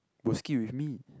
will skip with me